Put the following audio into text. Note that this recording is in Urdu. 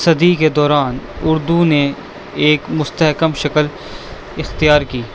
صدی کے دوران اردو نے ایک مستحکم شکل اختیار کی